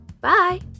Bye